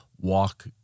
walk